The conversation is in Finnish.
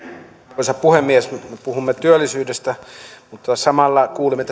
arvoisa puhemies me puhumme työllisyydestä mutta samalla kuulimme